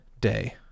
day